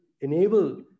enable